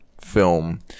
film